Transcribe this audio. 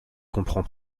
comprend